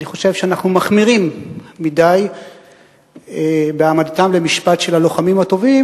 אני חושב שאנחנו מחמירים מדי בהעמדתם למשפט של הלוחמים הטובים,